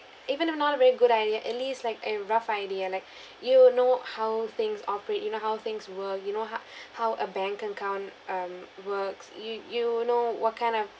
even if not a very good idea at least like a rough idea like you know how things operate you know how things work you know how how a bank account um works you you know what kind of